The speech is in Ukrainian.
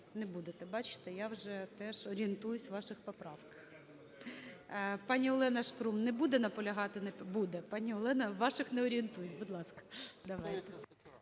Не будете. Бачите, я вже теж орієнтуюсь в ваших поправках. Пані Олена Шкрум не буде наполягати на… Буде. Пані Олена, в ваших не орієнтуюсь. Будь ласка,